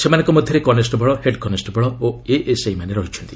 ସେମାନଙ୍କ ମଧ୍ୟରେ constable head constable ଓ ଏଏସ୍ଆଇମାନେ ରହିଛନ୍ତି